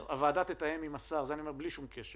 הוועדה תתאם עם השר זה אני אומר בלי שום קשר